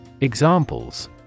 Examples